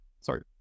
Sorry